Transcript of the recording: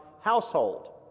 household